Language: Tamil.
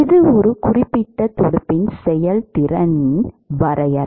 இது ஒரு ஒற்றைத் துடுப்பின் செயல்திறனின் வரையறை